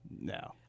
No